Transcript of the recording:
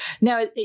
Now